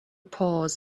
paws